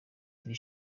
iri